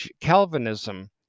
Calvinism